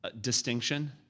distinction